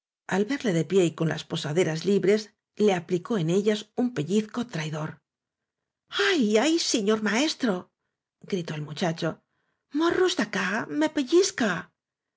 al verle de pie y con las posaderas libres le aplicó en ellas un pellizco traidor ay ay sihor maestrogritó el mucha cho morros dí aca me pellis